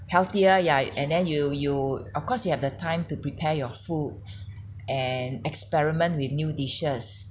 healthier ya and then you you of course you have the time to prepare your food and experiment with new dishes